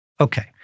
Okay